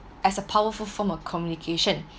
as a powerful form of communication